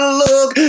look